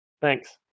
thanks